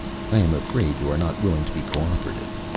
i am afraid you are not willing to be co-operative.